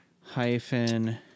hyphen